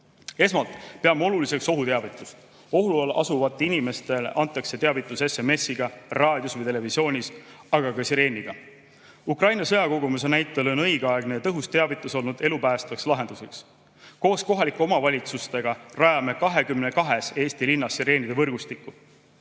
jaoks. Esmalt peame oluliseks ohuteavitust. Ohu all asuvatele inimestele antakse teavitus SMS‑iga, raadios või televisioonis, aga ka sireeniga. Ukraina sõjakogemuse näitel on õigeaegne ja tõhus teavitus olnud elupäästvaks lahenduseks. Koos kohalike omavalitsustega rajame 22 Eesti linnas sireenide võrgustiku.